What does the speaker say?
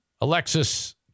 Alexis